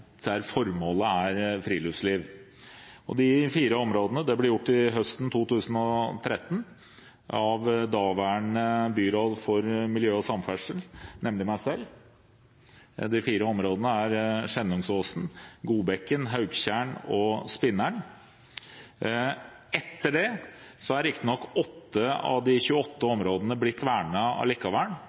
der formålet er friluftsliv. For disse fire områdene ble dette gjort høsten 2013, av daværende byråd for miljø og samferdsel, nemlig meg selv. De fire områdene er Skjennungsåsen, Godbekken, Hauktjern og Spinneren. Etter det er riktignok 8 av de 28 områdene blitt